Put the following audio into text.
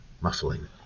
muffling